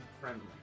friendly